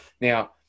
Now